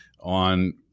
on